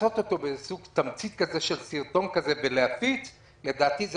לעשות תמצית של סרטון ולהפיץ לדעתי זה